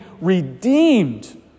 redeemed